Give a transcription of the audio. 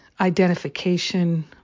identification